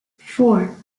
four